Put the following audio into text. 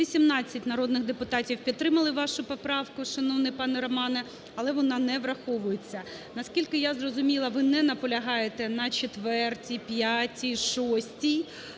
118 народних депутатів підтримали вашу поправку, шановний пане Романе, але вона не враховується. Наскільки я зрозуміла, ви не наполягаєте на 4-й, 5-й, 6-й,